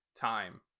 time